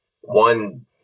one